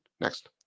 Next